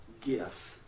gifts